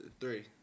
three